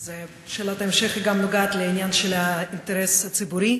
זו שאלת המשך שגם נוגעת לעניין של האינטרס הציבורי.